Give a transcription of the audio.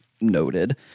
noted